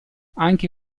anche